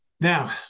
Now